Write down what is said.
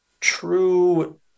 true